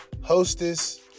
hostess